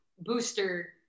booster